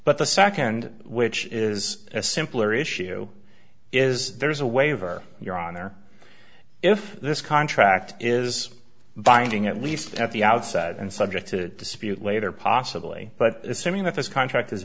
but the second which is a simpler issue is there is a waiver your honor if this contract is binding at least at the outset and subject to dispute later possibly but assuming that this contract